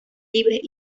libres